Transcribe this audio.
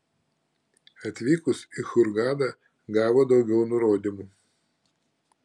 atvykus į hurgadą gavo daugiau nurodymų